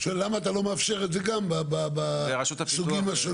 הוא שואל למה אתה לא מאפשר את זה גם בסוגים השונים?